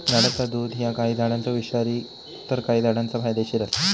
झाडाचा दुध ह्या काही झाडांचा विषारी तर काही झाडांचा फायदेशीर असता